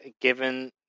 given